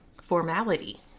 Formality